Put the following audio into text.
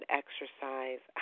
exercise